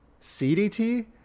CDT